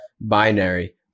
binary